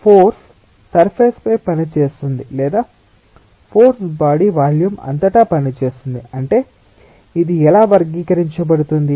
కానీ force surface పై పనిచేస్తుంది లేదా ఫోర్స్ బాడీ వాల్యూం అంతటా పనిచేస్తుంది అంటే ఇది ఎలా వర్గీకరించబడుతుంది